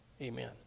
Amen